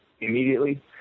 immediately